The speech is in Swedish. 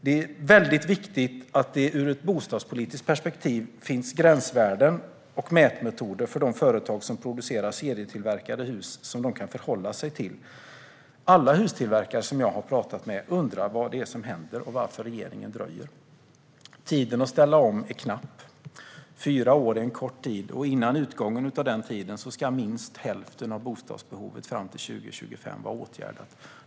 Det är ur ett bostadspolitiskt perspektiv väldigt viktigt att det finns gränsvärden och mätmetoder som de företag som producerar serietillverkade hus kan förhålla sig till. Alla hustillverkare jag har pratat med undrar vad som händer och varför regeringen dröjer. Tiden att ställa om är knapp - fyra år är en kort tid, och före utgången av den tiden ska minst hälften av bostadsbehovet fram till 2025 vara åtgärdat.